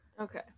Okay